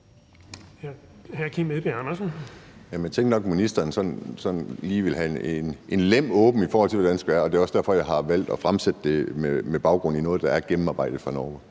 Jeg tænkte nok, at ministeren sådan lige ville have en lem åben, i forhold til hvordan det skal være, og det er også derfor, jeg har valgt at fremsætte det med baggrund i noget, der er gennemarbejdet fra Norge.